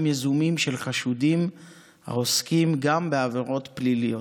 יזומים של חשודים העוסקים גם בעבירות פליליות.